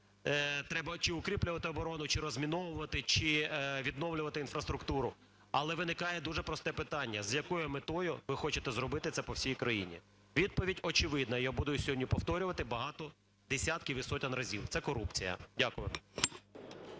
треба чи укріплювати оборону, чи розміновувати, чи відновлювати інфраструктуру. Але виникає дуже просте питання: з якою метою ви хочете зробити це по всій країні? Відповідь очевидна, я буду її сьогодні повторювати багато десятків і сотень разів, – це корупція. Дякую.